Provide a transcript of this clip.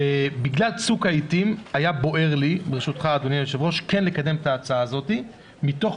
בגלל צוק העיתים היה בוער לי כן לקדם את ההצעה הזאת מתוך